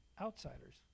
outsiders